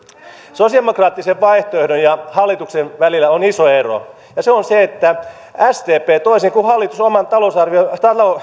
sosialidemokraattisen vaihtoehdon ja hallituksen välillä on iso ero ja se on se että sdp toisin kuin hallitus oman